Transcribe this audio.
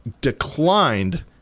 declined